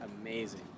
amazing